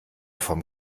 vom